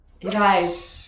Guys